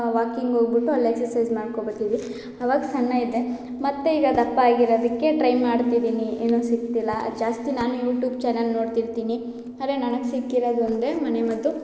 walking ಹೋಗ್ಬಿಟ್ಟು ಅಲ್ಲಿ exercise ಮಾಡ್ಕೊಬರ್ತೀವಿ ಅವಾಗ ಸಣ್ಣ ಇದ್ದೆ ಮತ್ತು ಈಗ ದಪ್ಪಾಗಿರೋದಿಕ್ಕೆ ಟ್ರೈ ಮಾಡ್ತಿದ್ದೀನಿ ಏನು ಸಿಗ್ತಿಲ್ಲ ಜಾಸ್ತಿ ನಾನು ಯೂಟ್ಯೂಬ್ ಚಾನೆಲ್ ನೋಡ್ತಿರ್ತೀನಿ ಆದರೆ ನನಗೆ ಸಿಕ್ಕಿರೋದು ಒಂದೇ ಮನೆ ಮದ್ದು